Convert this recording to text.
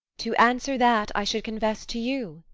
to answer that, i should confess to you.